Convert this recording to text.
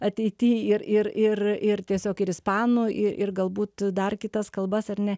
ateity ir ir ir ir tiesiog ir ispanų i ir galbūt dar kitas kalbas ar ne